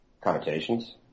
connotations